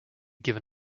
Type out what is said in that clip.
given